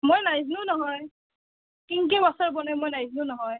মই নাজানো নহয় কেনেকৈ আচাৰ বনায় মই নাজানো নহয়